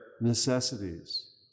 necessities